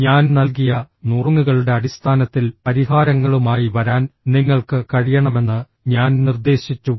ഞാൻ നൽകിയ നുറുങ്ങുകളുടെ അടിസ്ഥാനത്തിൽ പരിഹാരങ്ങളുമായി വരാൻ നിങ്ങൾക്ക് കഴിയണമെന്ന് ഞാൻ നിർദ്ദേശിച്ചു